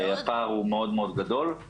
הפער הוא מאוד מאוד גדול,